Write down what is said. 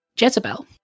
Jezebel